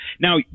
Now